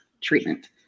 treatment